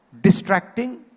distracting